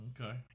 Okay